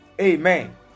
Amen